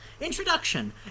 Introduction